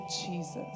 Jesus